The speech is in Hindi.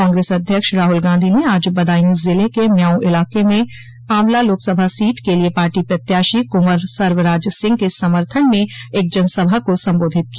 कांग्रेस अध्यक्ष राहुल गांधी ने आज बदायूं ज़िले के म्याऊं इलाके में आंवला लोकसभा सीट के लिये पार्टी प्रत्याशी कूंवर सर्वराज सिंह के समर्थन में एक जनसभा को संबोधित किया